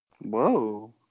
Whoa